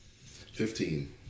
Fifteen